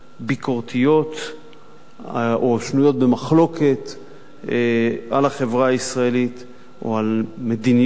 ביקורתיות או שנויות במחלוקת על החברה הישראלית או על מדיניות.